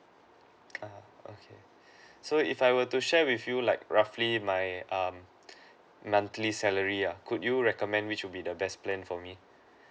uh okay so if I want to share with you like roughly my um monthly salary uh could you recommend which would be the best plan for me